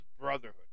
Brotherhood